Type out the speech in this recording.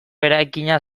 eraikina